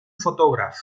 fotògraf